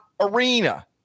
Arena